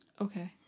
Okay